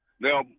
now